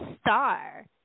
star